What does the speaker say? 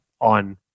on